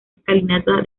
escalinata